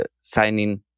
signing